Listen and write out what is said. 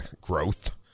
growth